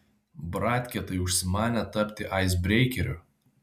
bratkė tai užsimanė tapti aisbreikeriu